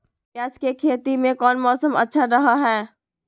प्याज के खेती में कौन मौसम अच्छा रहा हय?